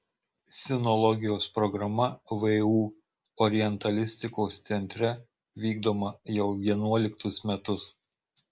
sinologijos programa vu orientalistikos centre vykdoma jau vienuoliktus metus